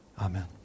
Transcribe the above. amen